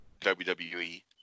WWE